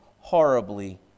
horribly